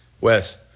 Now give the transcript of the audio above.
Wes